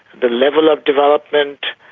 the level of development,